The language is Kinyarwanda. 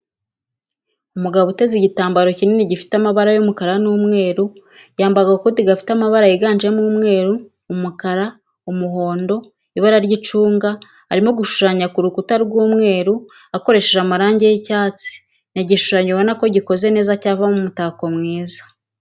Umugabo uteze igitambaro kinini gifite amabara y'umukara n'umweru yamabaye agakoti gafite amabara yiganjemo umweru, umukara, umuhondo, ibara ry'icunga, arimo gushushanya ku rukuta rw'umweru akoresheje amarangi y'icyatsi, ni igishushanyo ubona ko gikoze neza cyavamo umutako mwiza.